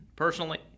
personally